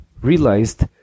realized